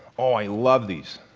ah i love these.